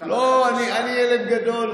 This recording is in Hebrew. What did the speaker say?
לא, אני ילד גדול.